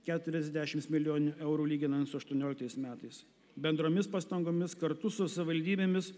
keturiasdešims milijonių eurų lyginant su aštuonioliktais metais bendromis pastangomis kartu su savaldybėmis